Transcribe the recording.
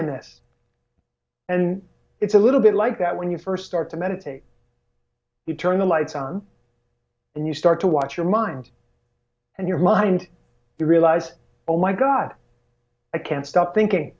in this and it's a little bit like that when you first start to meditate you turn the lights on and you start to watch your mind and your mind you realize oh my god i can't stop thinking